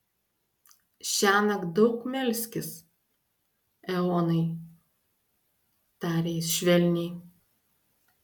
šiąnakt daug melskis eonai tarė jis švelniai